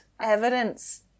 evidence